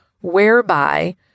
whereby